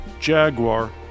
Jaguar